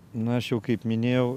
na aš jau kaip minėjau